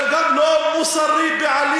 אלא גם לא מוסרי בעליל.